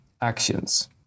Actions